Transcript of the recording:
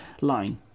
line